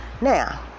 now